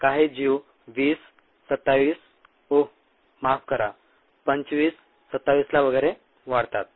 काही जीव 20 27 ओह माफ करा 25 27 ला वगैरे वाढतात